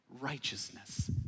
righteousness